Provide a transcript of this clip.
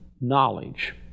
knowledge